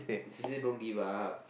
she say don't give up